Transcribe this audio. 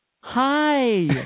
hi